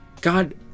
God